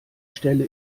stelle